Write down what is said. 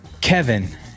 Kevin